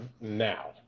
now